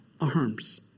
arms